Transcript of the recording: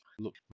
look